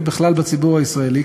ובכלל בציבור הישראלי,